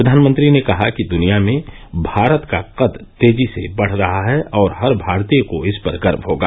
प्रधानमंत्री ने कहा कि दुनिया में भारत का कद तेजी से बढ़ रहा है और हर भारतीय को इस पर गर्व होगा